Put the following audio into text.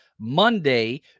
Monday